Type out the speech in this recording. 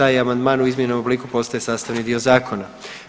amandman u izmijenjenom obliku postaje sastavni dio Zakona.